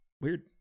Weird